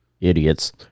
idiots